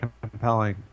compelling